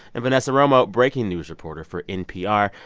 and vanessa romo, breaking news reporter for npr.